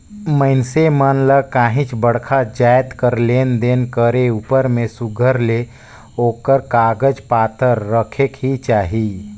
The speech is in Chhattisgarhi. मइनसे मन ल काहींच बड़खा जाएत कर लेन देन करे उपर में सुग्घर ले ओकर कागज पाथर रखेक ही चाही